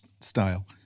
style